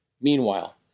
Meanwhile